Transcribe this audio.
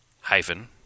Hyphen